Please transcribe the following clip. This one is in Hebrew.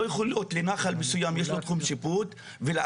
לא יכול להיות לנחל מסוים יש לו תחום שיפוט ולאדם